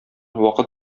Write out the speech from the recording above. вакыт